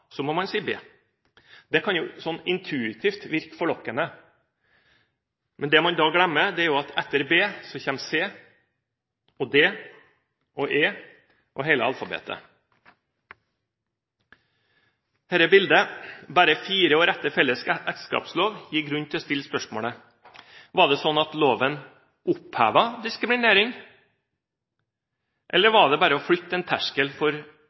så må man si b. Det kan jo intuitivt virke forlokkende, men det man da glemmer, er at etter b kommer c, d og e, og hele alfabetet. Dette bildet, bare fire år etter felles ekteskapslov, gir grunn til å stille spørsmålet: Var det slik at loven opphevet diskriminering, eller var det bare å flytte en terskel for hva som oppleves som urettferdig, fra en gruppe til en annen gruppe? For